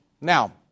Now